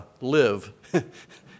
live